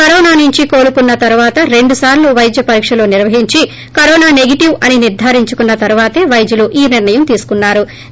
corona నుంచి కోలుకున్న తరువాత రెండుసార్లు వైద్యపరీక్షలు నిర్వహించి కరోనా సెగిటివ్ అని నిర్దారించుకున్న తరువాతే వైద్యులు ఈ నిర్ణయం తీసుకున్నా రు